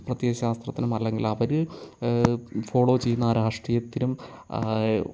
പ്രത്യാശാസ്ത്രത്തിനും അല്ലെങ്കിൽ അവർ ഫോളോ ചെയ്യുന്ന ആ രാഷ്ട്രീയത്തിനും